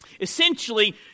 Essentially